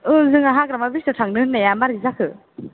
औ जोंहा हाग्रामा ब्रिजआव थांनो होननाया माबोरै जाखो